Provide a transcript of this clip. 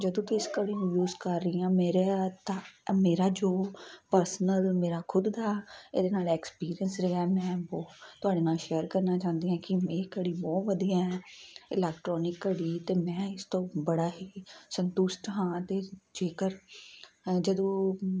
ਜਦੋਂ ਕਿ ਇਸ ਘੜੀ ਨੂੰ ਯੂਜ ਕਰ ਰਹੀ ਆਂ ਮੇਰੇ ਅ ਮੇਰਾ ਜੋ ਪਰਸਨਲ ਮੇਰਾ ਖੁਦ ਦਾ ਇਹਦੇ ਨਾਲ ਐਕਸਪੀਰੀਐਂਸ ਰਿਹਾ ਮੈਂ ਤੁਹਾਡੇ ਨਾਲ ਸ਼ੇਅਰ ਕਰਨਾ ਚਾਹੁੰਦੀ ਹਾਂ ਕਿ ਮੇਰੀ ਘੜੀ ਬਹੁਤ ਵਧੀਆ ਇਲੈਕਟਰੋਨਿਕ ਘੜੀ ਤੇ ਮੈਂ ਇਸ ਤੋਂ ਬੜਾ ਹੀ ਸੰਤੁਸ਼ਟ ਹਾਂ ਤੇ ਅ ਜੇਕਰ ਜਦੋਂ